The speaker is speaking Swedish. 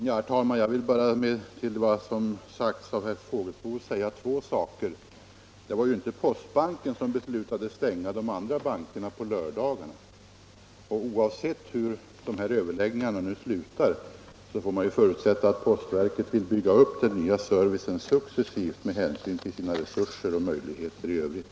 Herr talman! Med anledning av herr Fågelsbos inlägg vill jag bara säga två saker. Det var ju inte postbanken som beslutade att stänga de andra bankerna på lördagarna. Vidare får man oavsett hur de här överläggningarna slutar förutsätta att postverket vill bygga upp den nya servicen successivt med hänsyn till sina resurser och möjligheter i övrigt.